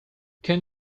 can